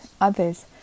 others